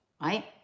right